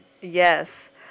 Yes